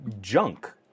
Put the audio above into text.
junk